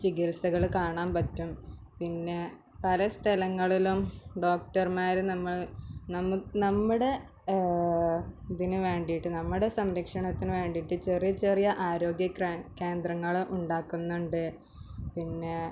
ചികിത്സകള് കാണാൻ പറ്റും പിന്നെ പല സ്ഥലങ്ങളിലും ഡോക്ടർമാര് നമ്മ് നമു നമ്മുടെ ഇതിന് വേണ്ടിയിട്ട് നമ്മുടെ സംരക്ഷണത്തിന് വേണ്ടിയിട്ട് ചെറിയ ചെറിയ ആരോഗ്യ ക്രേ കേന്ദ്രങ്ങള് ഉണ്ടാക്കുന്നുണ്ട് പിന്നേ